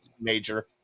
major